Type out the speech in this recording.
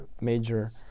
major